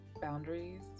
boundaries